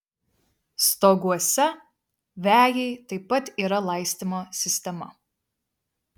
stoguose vejai taip pat yra laistymo sistema